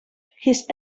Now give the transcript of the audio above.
his